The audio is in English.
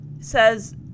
says